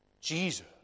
Jesus